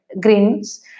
Greens